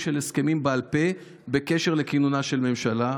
של הסכמים בעל פה בקשר לכינונה של ממשלה.